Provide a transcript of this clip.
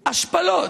השפלות,